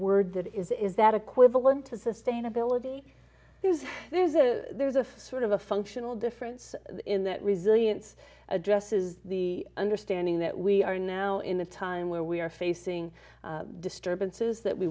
word that is that equivalent to sustainability there's there's a there's a sort of a functional difference in that resilience addresses the understanding that we are now in a time where we are facing disturbances that we